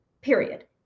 period